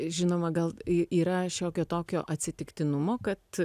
žinoma gal i yra šiokio tokio atsitiktinumo kad